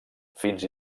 fins